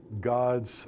God's